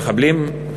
מפגעים, מחבלים.